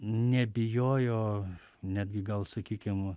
nebijojo netgi gal sakykim